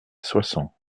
soissons